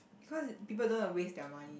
cause people don't want to waste their money